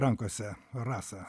rankose rasa